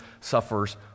suffers